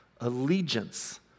allegiance